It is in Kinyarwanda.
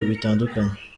bitandukanye